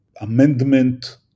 amendment